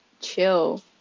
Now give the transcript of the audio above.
chill